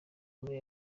muri